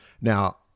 Now